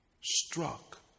struck